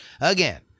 Again